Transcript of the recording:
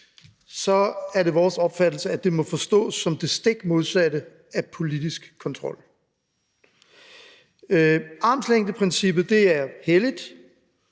er det vores opfattelse, at det må forstås som det stik modsatte af politisk kontrol. Armslængdeprincippet er i